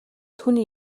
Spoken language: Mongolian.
түүний